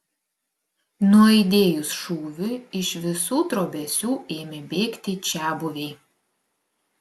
nuaidėjus šūviui iš visų trobesių ėmė bėgti čiabuviai